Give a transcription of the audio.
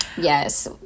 Yes